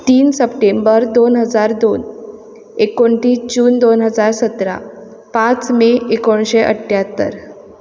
तीन सप्टेंबर दोन हजार दोन एकोणटीस जून दोन हजार सतरा पांच मे एकोणीशे अठ्ठ्यात्तर